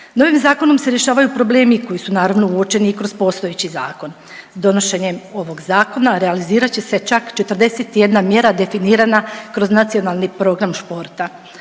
Novim zakonom se rješavaju problemi koji su naravno uočeni i kroz postojeći zakon. Donošenjem ovog zakona realizirat će se čak 41 mjera definirana kroz Nacionalni program športa.